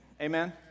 Amen